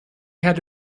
had